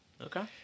Okay